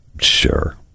sure